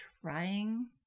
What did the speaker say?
trying